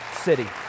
city